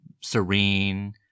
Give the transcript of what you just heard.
serene